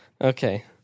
Okay